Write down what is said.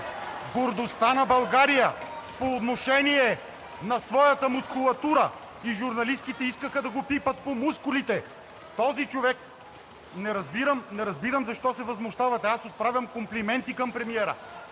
гордостта на България по отношение на своята мускулатура и журналистите искаха да го пипат по мускулите. Този човек… (Шум и реплики от ГЕРБ-СДС.) Не разбирам защо се възмущавате? Аз отправям комплименти към премиера.